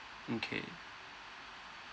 mm K